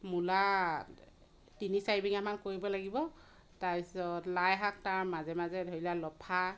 মূলা তিনি চাৰি বিঘামান কৰিব লাগিব তাৰপিছত লাইশাক তাৰ মাজে মাজে ধৰি লোৱা লফা